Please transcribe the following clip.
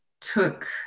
took